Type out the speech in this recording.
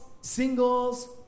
singles